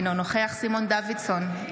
אינו נוכח סימון דוידסון,